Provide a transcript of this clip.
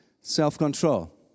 self-control